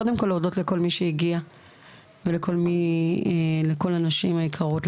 קודם כל להודות לכל מי שהגיע ולכל הנשים היקרות,